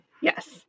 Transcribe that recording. Yes